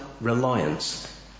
reliance